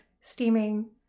steaming